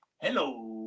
hello